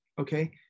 Okay